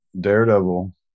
Daredevil